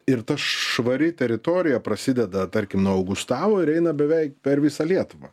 ir ta švari teritorija prasideda tarkim nuo augustavo ir eina beveik per visą lietuvą